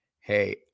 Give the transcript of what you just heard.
Hey